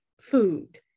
food